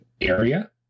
area